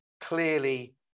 clearly